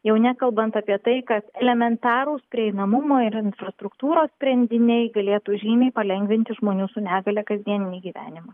jau nekalbant apie tai kad elementarūs prieinamumo ir infrastruktūros sprendiniai galėtų žymiai palengvinti žmonių su negalia kasdieninį gyvenimą